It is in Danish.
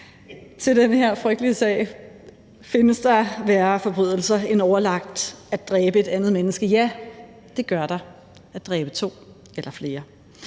til den her frygtelige sag. Findes der værre forbrydelser end overlagt at dræbe et andet menneske? Ja, det gør der – at dræbe to eller flere.